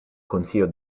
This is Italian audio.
consiglio